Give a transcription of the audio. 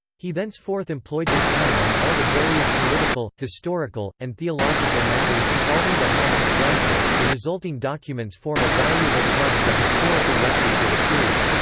he thenceforth employed his pen on all the various political, historical, and theological matters involving the house of brunswick the resulting documents form a valuable part of the historical record for the period.